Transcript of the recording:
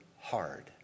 hard